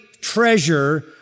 treasure